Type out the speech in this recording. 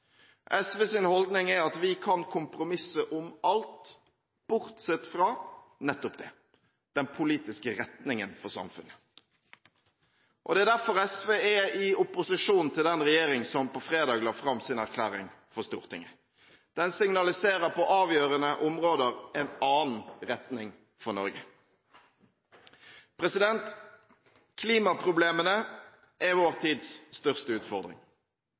SV er i opposisjon til den regjering som på fredag la fram sin erklæring for Stortinget. Den signaliserer på avgjørende områder en annen retning for Norge. Klimaproblemene er vår tids største utfordring.